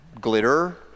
glitter